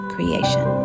Creation